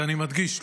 ואני מדגיש,